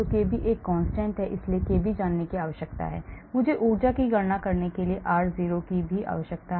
kb एक constant है इसलिए मुझे kb जानने की आवश्यकता है मुझे ऊर्जा की गणना करने के लिए r0 जानने की आवश्यकता है